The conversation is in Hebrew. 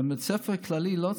בית ספר כללי לא צריך,